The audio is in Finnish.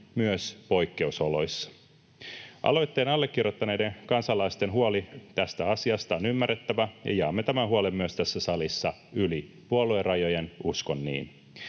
myös poikkeusoloissa. Aloitteen allekirjoittaneiden kansalaisten huoli tästä asiasta on ymmärrettävä, ja jaamme tämän huolen myös tässä salissa yli puoluerajojen, uskon niin.